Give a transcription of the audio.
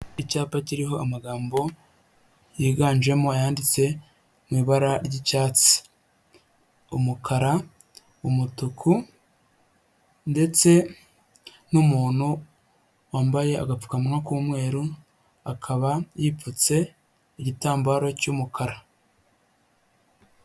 Icyapa kiriho amagambo yiganjemo ayanditse mu ibara ry'icyatsi, umukara, umutuku, ndetse n'umuntu wambaye agapfukawa k'umweru, akaba yipfutse igitambaro cy'umukara.